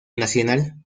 nacional